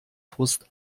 frust